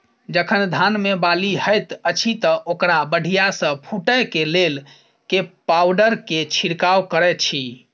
जखन धान मे बाली हएत अछि तऽ ओकरा बढ़िया सँ फूटै केँ लेल केँ पावडर केँ छिरकाव करऽ छी?